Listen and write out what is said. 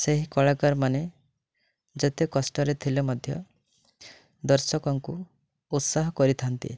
ସେହି କଳାକାରମାନେ ଯେତେ କଷ୍ଟରେ ଥିଲେ ମଧ୍ୟ ଦର୍ଶକଙ୍କୁ ଉତ୍ସାହ କରିଥାଆନ୍ତି